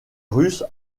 russes